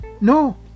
no